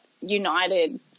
united